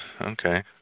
Okay